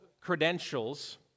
credentials